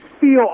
feel